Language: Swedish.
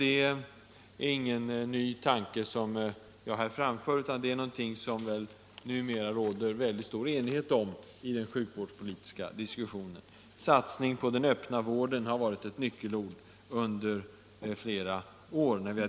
Detta är ingen ny tanke utan något som det numera råder stor enighet om i den sjukvårdspolitiska diskussionen. Satsning på den öppna vården har varit ett nyckelord under flera år.